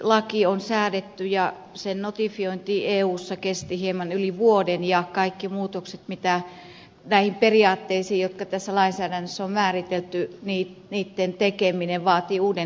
valtiontukilaki on säädetty ja sen notifiointi eussa kesti hieman yli vuoden ja kaikkien muutosten mitä näihin periaatteisiin jotka tässä lainsäädännössä on määritelty tekeminen vaatii uuden notifioinnin